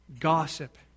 Gossip